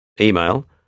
Email